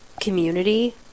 community